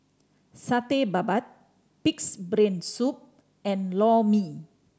Satay Babat Pig's Brain Soup and Lor Mee